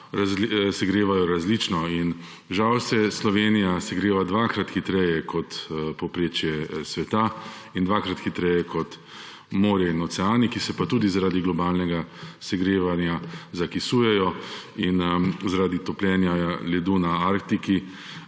segrevajo različno. Na žalost se Slovenija segreva dvakrat hitreje kot povprečje sveta in dvakrat hitreje kot morja in oceani, ki se pa tudi zaradi globalnega segrevanja zakisujejo. In zaradi topljenja ledu na Arktiki